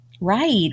Right